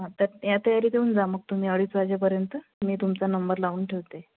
तर या तयारीत येऊन जा मग तुम्ही अडीच वाजेपर्यंत मी तुमचा नंबर लावून ठेवते